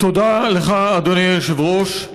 תודה לך, אדוני היושב-ראש.